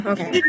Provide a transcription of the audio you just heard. Okay